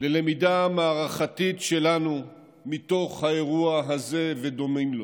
ללמידה מערכתית שלנו מתוך האירוע הזה ודומים לו.